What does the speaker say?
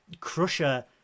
Crusher